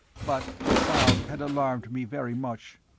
but the sound had alarmed me very much.